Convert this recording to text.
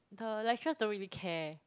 the lecturers don't really care